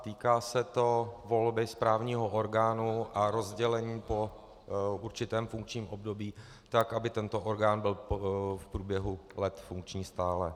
Týká se to volby správního orgánu a rozdělení po určitém funkčním období tak, aby tento orgán byl v průběhu let funkční stále.